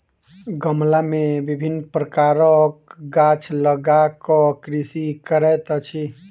गमला मे विभिन्न प्रकारक गाछ लगा क कृषि करैत अछि